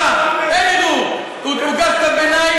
גם כשלא נוח לך.